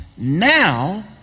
now